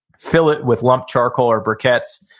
fill it with lump charcoal or briquettes,